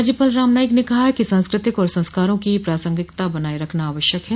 राज्यपाल राम नाईक ने कहा है कि सास्कृतिक और संस्कारों की प्रासंगिता बनाये रखना आवश्यक है